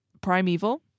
Primeval